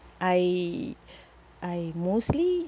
I I mostly